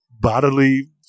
bodily